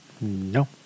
No